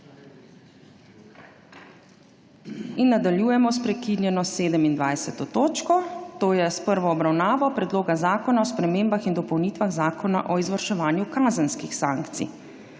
Nadaljujemo s prekinjeno 27. točko dnevnega reda, to je s prvo obravnavo Predloga zakona o spremembah in dopolnitvah Zakona o izvrševanju kazenskih sankcij.